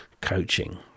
coaching